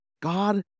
God